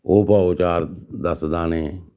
ओह् पाओ चार दस दाने